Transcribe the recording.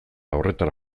horretara